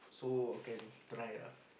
so I can try ah